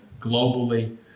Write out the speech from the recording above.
globally